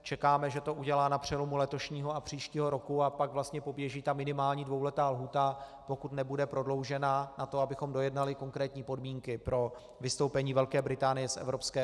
Čekáme, že to udělá na přelomu letošního a příštího roku, a pak vlastně poběží ta minimální dvouletá lhůta, pokud nebude prodloužena, na to, abychom dojednali konkrétní podmínky pro vystoupení Velké Británie z Evropské unie.